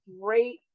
great